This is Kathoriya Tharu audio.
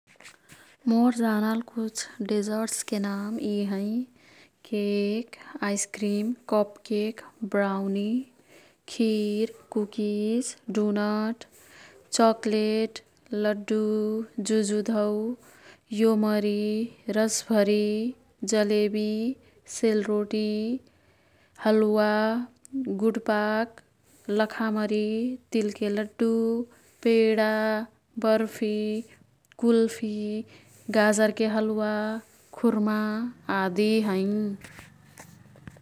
मोर् जानल कुछ डेजर्ड्सके नाम यी हैं। Cake, ice cream, cupcake, brownie, kheer, cookies, doughnut, chocolate, laddu, juju dhau, yomari, rasbhari, jalebi, sel roti, halwa, gudpak, lakhamari, तिलके लड्डु, पेडा, बर्फी, कुल्फी, गाजरके हलुवा, खुर्मा आदि हैं।